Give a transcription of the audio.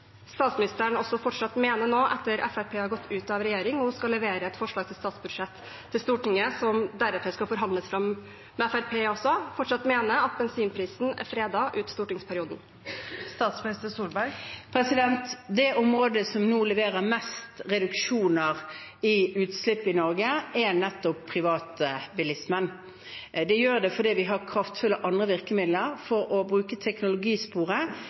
statsministeren, nå etter at Fremskrittspartiet har gått ut av regjering og hun skal levere et forslag til statsbudsjett til Stortinget som deretter skal forhandles fram med Fremskrittspartiet også, fortsatt mener at bensinprisen er fredet ut stortingsperioden. Det området som nå leverer mest reduksjoner i utslipp i Norge, er nettopp privatbilismen. Det gjør det fordi vi har andre kraftfulle virkemidler for å bruke teknologisporet